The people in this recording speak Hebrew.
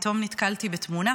פתאום נתקלתי בתמונה